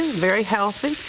very healthy.